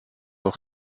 auch